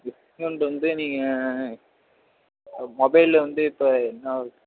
discount வந்து நீங்கள் மொபைலில் வந்து இப்போ என்ன ஒரு